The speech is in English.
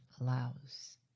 allows